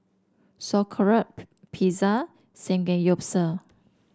Sauerkraut Pizza Samgeyopsal